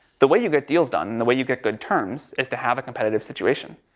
the way you get deals done, and the way you get good terms, is to have a competitive situation.